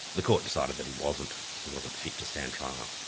the court decided that he wasn't, he wasn't fit to stand trial.